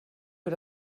für